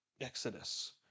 Exodus